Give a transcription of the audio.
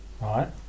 Right